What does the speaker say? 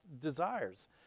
desires